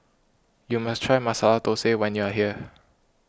you must try Masala Thosai when you are here